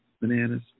bananas